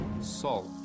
salt